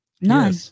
none